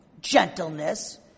gentleness